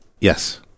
Yes